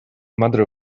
mother